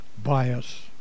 bias